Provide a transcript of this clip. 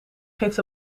geeft